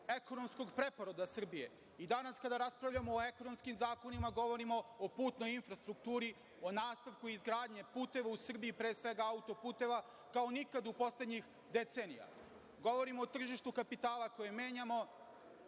ekonomskog preporoda Srbije. Danas kada raspravljamo o ekonomskim zakonima govorimo o putnoj infrastrukturi, o nastavku izgradnje puteva u Srbiji, pre svega autoputeva kao nikad u poslednjih decenija, govorimo o tržištu kapitala koje menjamo,